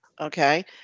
okay